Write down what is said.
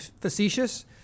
facetious